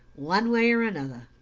one way or another?